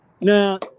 Now